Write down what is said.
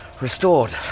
Restored